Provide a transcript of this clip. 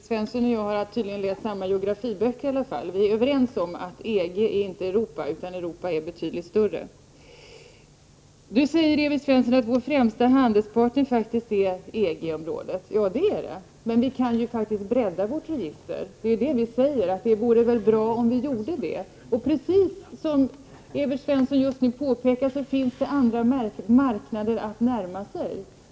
Herr talman! Jag kan konstatera att Evert Svensson och jag tydligen har läst samma geografiböcker. Vi är överens om att EG inte är Europa, utan Europa är betydligt större. Evert Svensson säger att vår främsta handelspartner faktiskt är EG området. Det är sant, men vi kan bredda vårt register, och vpk säger just att det vore bra om vi gjorde det. Precis som Evert Svensson påpekade, finns det ju andra marknader att närma sig.